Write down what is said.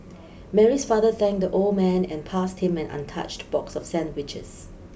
Mary's father thanked the old man and passed him an untouched box of sandwiches